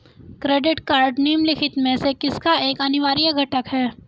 Credit card निम्नलिखित में से किसका एक अनिवार्य घटक है?